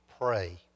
pray